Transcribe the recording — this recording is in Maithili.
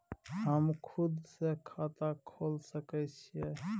हम खुद से खाता खोल सके छीयै?